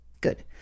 good